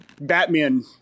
Batman